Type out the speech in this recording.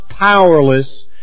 powerless